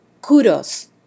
kudos